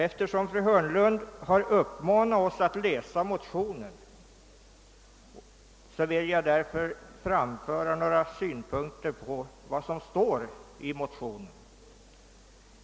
Eftersom fru Hörnlund har uppmanat oss att läsa motionen vill jag framföra några synpunkter på vad som står i den.